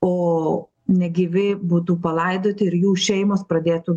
o negyvi būtų palaidoti ir jų šeimos pradėtų